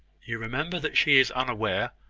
you remember that she is unaware